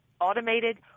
automated